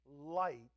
light